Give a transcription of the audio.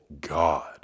God